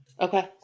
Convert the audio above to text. Okay